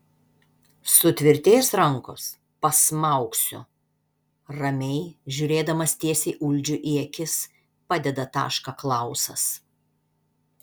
sutvirtės rankos pasmaugsiu ramiai žiūrėdamas tiesiai uldžiui į akis padeda tašką klausas